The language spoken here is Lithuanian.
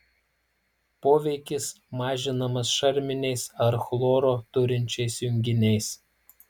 poveikis mažinamas šarminiais ar chloro turinčiais junginiais